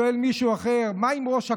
שואל מישהו אחר: מה עם ראש הקהל,